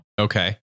Okay